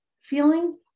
feeling